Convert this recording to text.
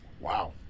Wow